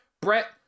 Brett